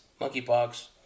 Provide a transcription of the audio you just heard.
monkeypox